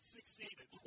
Succeeded